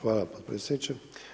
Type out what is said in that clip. Hvala potpredsjedniče.